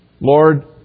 Lord